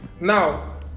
Now